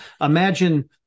imagine